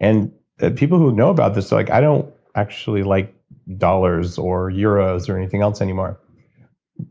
and people who know about this are like, i don't actually like dollars, or euros, or anything else anymore.